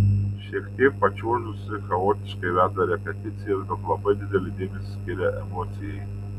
šiek tiek pačiuožusi chaotiškai veda repeticijas bet labai didelį dėmesį skiria emocijai